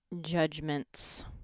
judgments